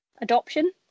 adoption